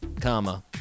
comma